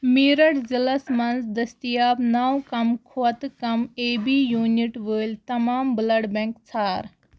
میٖرٹھ ضِلعس مَنٛز دٔستِیاب نو کم کھۄتہٕ کم اےٚ بی یوٗنِٹ وٲلۍ تمام بُلڈ بیٚنٛک ژھار